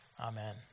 Amen